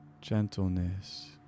gentleness